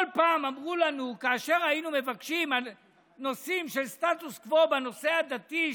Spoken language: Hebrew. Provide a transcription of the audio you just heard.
כל פעם כאשר היינו מבקשים על נושאים של סטטוס קוו בנושא דתי,